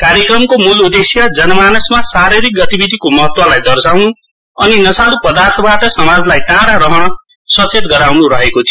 कार्यक्रमको मूल उद्देश्य जनमानसमा शारीरिक गतिविधिको महत्वलाई दर्शाउन् अनि नशाल् पदार्थबाट समाजलाई टाडा रहन सचेत गराउन् रहेको थियो